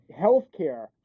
healthcare